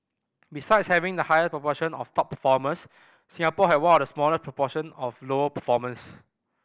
besides having the highest proportion of top performers Singapore had one of the smallest proportion of low performers